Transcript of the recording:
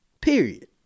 Period